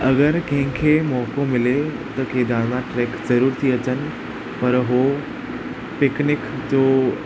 अगरि कंहिंखें मौक़ो मिले त केदारनाथ ट्रैक ज़रूर थी अचनि पर उहो पिकनिक जो